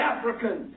African